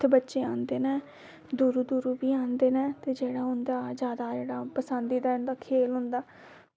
ते उत्थें बच्चे आंदे न दूरा दूरा बी आंदे न उत्थें जादै इंदा पसंद दा खेल होंदा